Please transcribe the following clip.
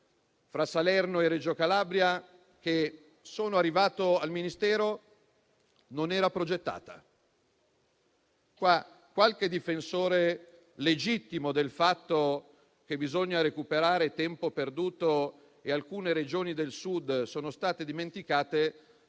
tra Salerno e Reggio Calabria che, quando sono arrivato al Ministero, non era progettata. Qualche difensore legittimo del fatto che bisogna recuperare tempo perduto e che alcune Regioni del Sud sono state dimenticate